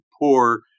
poor